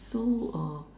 so uh